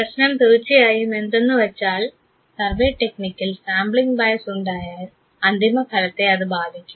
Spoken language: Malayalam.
പ്രശ്നം തീർച്ചയായും എന്തെന്ന് വെച്ചാൽ സർവ്വേ ടെക്നിക്കിൽ സാംപ്ലിങ് ബയസ് ഉണ്ടായാൽ അന്തിമ ഫലത്തെ അത് ബാധിക്കും